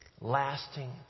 Lasting